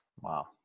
Wow